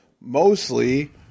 mostly